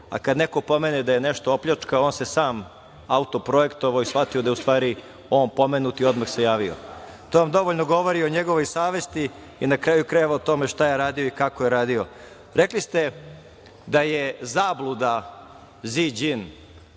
a kada neko pomene da je nešto opljačkao on se sam autoprojektovao i shvatio da je on pomenut i odmah se javio. To vam govori o njegovoj savesti i na kraju krajeva šta je radio i kako je radio. Rekli ste da je zabluda Ziđin